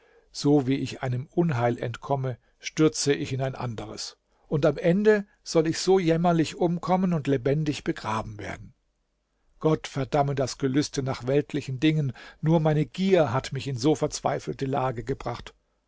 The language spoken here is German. so wie ich einem unheil entkomme stürze ich in ein anderes und am ende soll ich so jämmerlich umkommen und lebendig begraben werden gott verdamme das gelüste nach weltlichen dingen nur meine gier hat mich in so verzweifelte lage gebracht